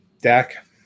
Dak